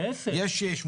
להיפך.